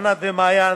ענת ומעיין,